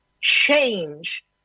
change